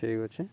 ଠିକ୍ ଅଛି